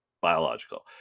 biological